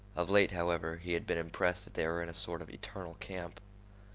of late, however, he had been impressed that they were in a sort of eternal camp.